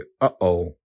uh-oh